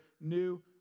new